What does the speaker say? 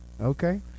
Okay